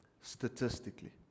Statistically